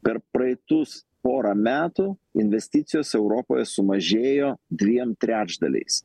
per praeitus porą metų investicijos europoje sumažėjo dviem trečdaliais